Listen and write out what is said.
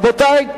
רבותי,